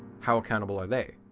how accountable are they?